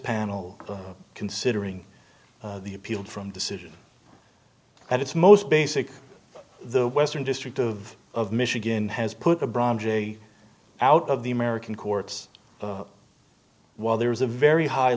panel considering the appeal from decision at its most basic the western district of of michigan has put a brand j out of the american courts while there is a very high